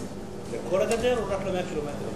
לכל הגדר או רק ל-100 קילומטר?